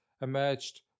emerged